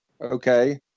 okay